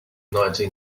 nineteen